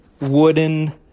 wooden